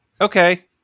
Okay